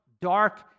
dark